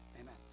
Amen